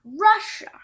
Russia